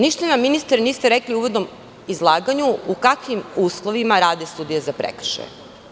Ništa nam niste ministre rekli u uvodnom izlaganju, u kakvim uslovima rade sudije za prekršaje.